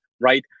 right